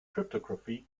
cryptography